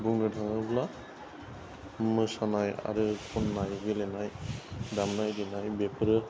बुंनो थाङोब्ला मोसानाय आरो खननाय गेलेनाय दामनाय देनाय बेफोरो